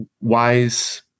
Wise